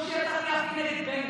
כמו שיצאתי להפגין נגד בנט,